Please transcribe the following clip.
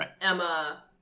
Emma